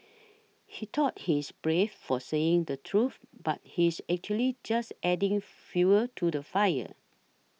he thought he is brave for saying the truth but he is actually just adding fuel to the fire